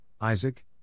Isaac